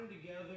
together